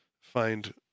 find